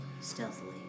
Stealthily